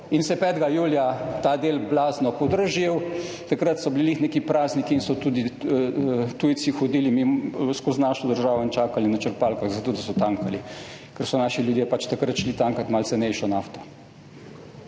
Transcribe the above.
se je 5. julija ta del blazno podražil. Takrat so bili ravno neki prazniki in so tudi tujci hodili skozi našo državo in čakali na črpalkah, zato da so tankali, ker so naši ljudje takrat šli tankat malo cenejšo nafto.